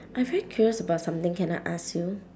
I very curious about something can I ask you